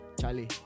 Charlie